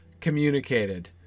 communicated